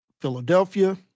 Philadelphia